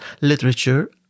literature